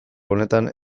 honetan